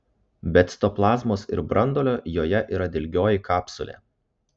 be citoplazmos ir branduolio joje yra dilgioji kapsulė